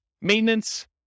Maintenance